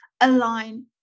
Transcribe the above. align